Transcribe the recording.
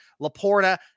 Laporta